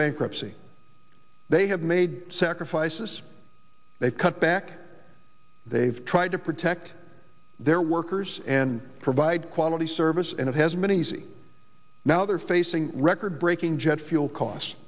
bankruptcy they have made sacrifices they've cut back they've tried to protect their workers and provide quality service and it hasn't been easy now they're facing record breaking jet fuel costs